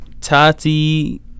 Tati